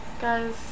Guys